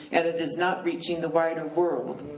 and it is not reaching the wider world,